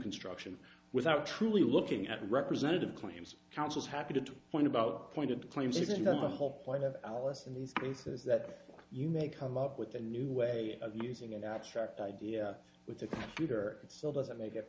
construction without truly looking at representative claims councils happy to whine about point of claims is another whole point of alice in these places that you may come up with a new way of using an abstract idea with a computer it still doesn't make it